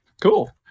Cool